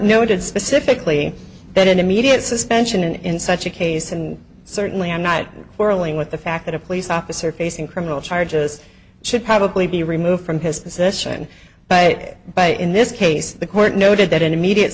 noted specifically that an immediate suspension in such a case and certainly i'm not whirling with the fact that a police officer facing criminal charges should probably be removed from his position but by in this case the court noted that an immediate